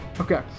okay